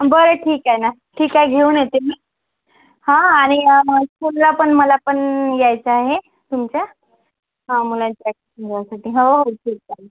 बरं ठीक आहे ना ठीक आहे घेऊन येते मी हां आणि स्कूलला पण मला पण यायचं आहे तुमच्या हां मुलांच्या मुलासाठी हो हो ठीक चालेल